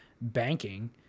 banking